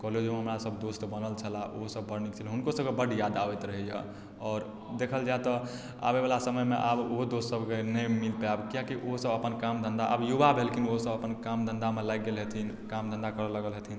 कॉलेजोमे हमरा सब दोस्त बनल छलाह ओहो सब बड़ नीक छलाह हुनको सबके बड्ड याद आबैत रहइए आओर देखल जाइ तऽ आबयवला समयमे आब ओहो दोस्त सबके नहि मिल पायब किएक कि ओ सब अपन काम धन्धा आब युवा भेलखिन ओ सब अपन काम धन्धामे लागि गेल हेथिन काम धन्धा करऽ लागल हेथिन